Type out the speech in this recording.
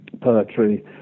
poetry